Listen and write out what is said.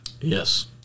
Yes